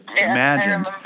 imagined